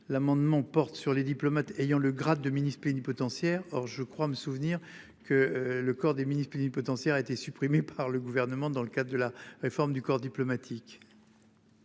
l'amendement porte sur les diplomates ayant le grade de ministre ni potentiel. Or, je crois me souvenir que le corps des ministe plénipotentiaire a été supprimée par le gouvernement dans le cadre de la réforme du corps diplomatique.